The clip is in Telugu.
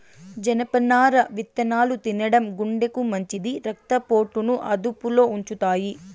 జనపనార విత్తనాలు తినడం గుండెకు మంచిది, రక్త పోటును అదుపులో ఉంచుతాయి